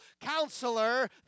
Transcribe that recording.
Counselor